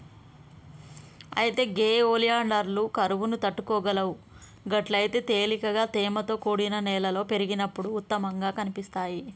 అయితే గే ఒలియాండర్లు కరువును తట్టుకోగలవు గట్లయితే తేలికగా తేమతో కూడిన నేలలో పెరిగినప్పుడు ఉత్తమంగా కనిపిస్తాయి